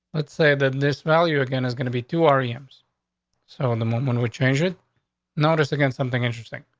let's say that this value again is gonna be to ah rum's. so so in the morning when we change it notice against something interesting.